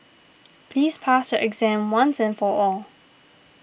please pass your exam once and for all